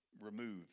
remove